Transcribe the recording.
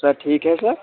sir ठीक है sir